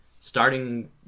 starting